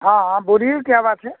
हाँ हाँ बोलिए क्या बात है